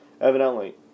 Evidently